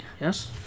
Yes